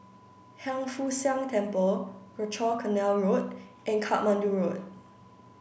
Hiang Foo Siang Temple Rochor Canal Road and Katmandu Road